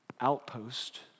outpost